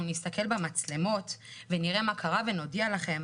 נסתכל במצלמות ונראה מה קרה ונודיע לכם',